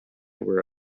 were